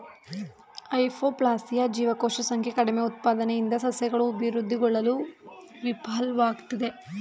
hypoplasia ಜೀವಕೋಶ ಸಂಖ್ಯೆ ಕಡಿಮೆಉತ್ಪಾದನೆಯಿಂದ ಸಸ್ಯಗಳು ಅಭಿವೃದ್ಧಿಗೊಳ್ಳಲು ವಿಫಲ್ವಾಗ್ತದೆ